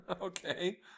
Okay